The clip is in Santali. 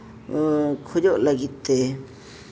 ᱠᱷᱚᱡᱚᱜ ᱞᱟᱹᱜᱤᱫ ᱛᱮ